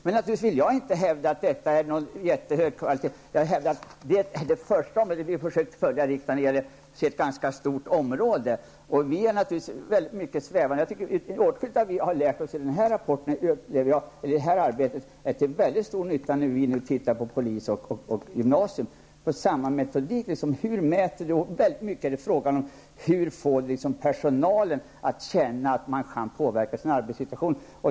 Jag vill inte hävda att vi lyckats åstadkomma någon jättehög kvalitet, men riksdagen har ett stort arbetsområde, och vi tvingas vara ganska svävande. Jag tycker dock att det som vi har lärt oss i det här arbetet är till mycket stor nytta när vi nu studerar polisverksamheten och gymnasieskolan. Också här gäller det metodik och mätfrågor. En viktig fråga är hur man kan få personalen att känna att den kan påverka sin arbetssituation.